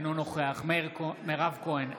אינו נוכח מירב כהן,